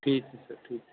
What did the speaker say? ਠੀਕ ਹੈ ਸਰ ਠੀਕ